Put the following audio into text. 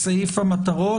המטרות.